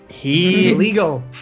Illegal